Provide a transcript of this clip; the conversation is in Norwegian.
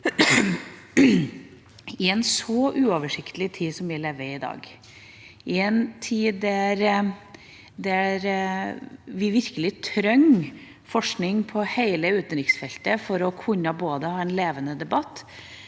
i en så uoversiktlig tid som vi lever i i dag. I en tid da vi virkelig trenger forskning på hele utenriksfeltet – for å kunne ha både en levende debatt